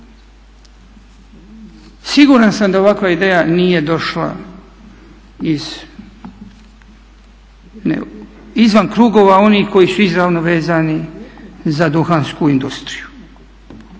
Siguran sam da ovakva ideja nije došla izvan krugova onih koji su izravno vezani za duhansku industriju.